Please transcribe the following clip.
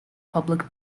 public